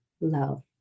love